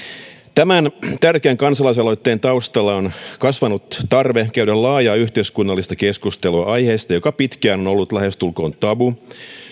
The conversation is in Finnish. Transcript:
tämän tärkeän kansalaisaloitteen taustalla on kasvanut tarve käydä laajaa yhteiskunnallista keskustelua aiheesta joka pitkään on ollut lähestulkoon tabu